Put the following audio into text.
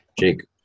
Jake